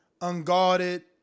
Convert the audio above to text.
unguarded